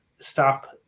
stop